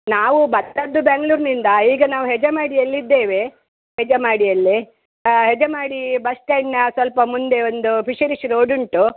ನಾವು ಬತ್ತದ್ದು ಬೆಂಗ್ಳೂರಿನಿಂದ ಈಗ ನಾವು ಹೆಜಮಾಡಿಯಲ್ಲಿ ಇದ್ದೇವೆ ಹೆಜಮಾಡಿಯಲ್ಲೆ ಹೆಜಮಾಡೀ ಬಸ್ ಸ್ಟ್ಯಾಂಡ್ನ ಸ್ವಲ್ಪ ಮುಂದೆ ಒಂದು ಫಿಶರಿಸ್ ರೋಡ್ ಉಂಟು